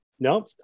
No